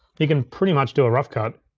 you can pretty much do a rough cut